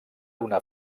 una